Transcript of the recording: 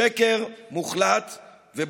שקר מוחלט ובוטה.